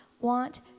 want